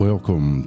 Welcome